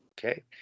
Okay